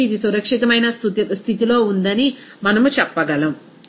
కాబట్టి ఇది సురక్షితమైన స్థితిలో ఉందని మనము చెప్పగలం